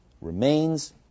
remains